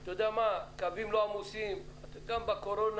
אתה יודע מה, קווים לא עמוסים, גם בקורונה,